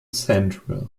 central